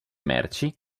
merci